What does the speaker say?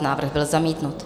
Návrh byl zamítnut.